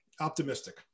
optimistic